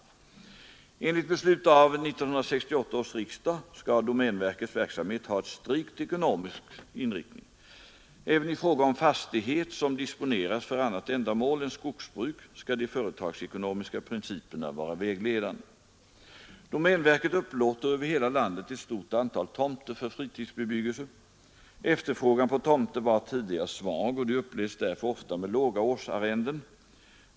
Enligt beslut av 1968 års riksdag skall domänverkets verksamhet ha en strikt ekonomisk inriktning. Även i fråga om fastighet som disponeras för annat ändamål än skogsbruk skall de företagsekonomiska principerna vara vägledande. Domänverket upplåter över hela landet ett stort antal tomter för fritidsbebyggelse. Efterfrågan på tomter var tidigare svag, och de uppläts därför ofta med låga årsarrenden.